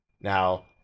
Now